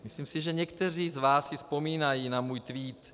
Myslím si, že někteří z vás si vzpomínají na můj tweet